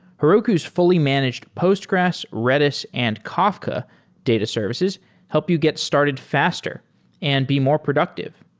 heroku's fully managed postgres, redis and kafka data services help you get started faster and be more productive.